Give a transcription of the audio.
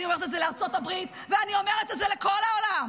אני אומרת את זה לארצות הברית ואני אומרת את זה לכל העולם: